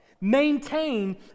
Maintain